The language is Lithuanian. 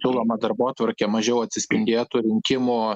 siūlomą darbotvarkę mažiau atsispindėtų rinkimų